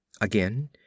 Again